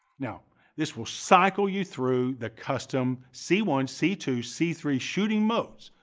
now this will cycle you through the custom c one, c two, c three shooting modes,